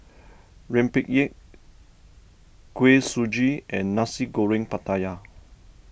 Rempeyek Kuih Suji and Nasi Goreng Pattaya